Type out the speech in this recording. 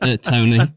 Tony